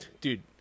Dude